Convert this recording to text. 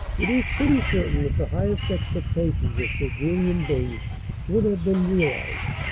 it is pretty certain that the highest expectations of sir julian byng would have been realized.